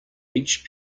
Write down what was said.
each